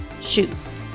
shoes